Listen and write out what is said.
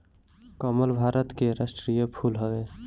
कमल भारत के राष्ट्रीय फूल हवे